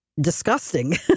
disgusting